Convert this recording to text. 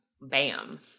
bam